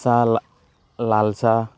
চাহ লা লালচাহ